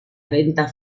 ventas